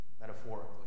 metaphorically